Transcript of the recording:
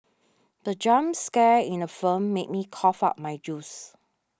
the jump scare in the film made me cough out my juice